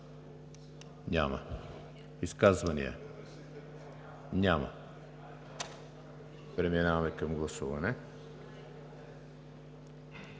Няма. Изказвания? Няма. Преминаваме към гласуване.